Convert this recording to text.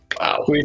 Wow